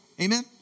Amen